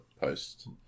post